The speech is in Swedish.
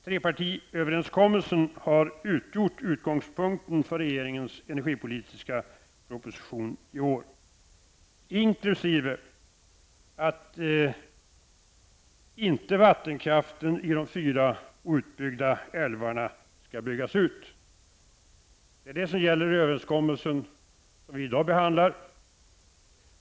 Trepartiöverenskommelsen har utgjort utgångspunkten för regeringens energipolitiska proposition i år, inkl. att vattenkraften i de fyra outbyggda älvarna inte skall byggas ut. Det är det som gäller i den överenskommelse som vi i dag behandlar.